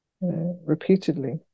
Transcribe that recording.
repeatedly